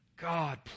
God